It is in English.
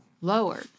lower